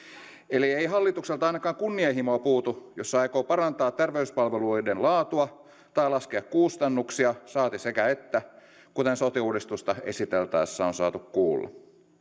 eli ei hallitukselta ainakaan kunnanhimoa puutu jos se aikoo parantaa terveyspalveluiden laatua tai laskea kustannuksia saati sekä että kuten sote uudistusta esiteltäessä on saatu kuulla